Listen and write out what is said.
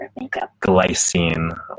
glycine